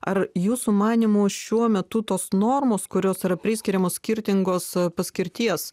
ar jūsų manymu šiuo metu tos normos kurios yra priskiriamos skirtingos paskirties